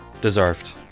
deserved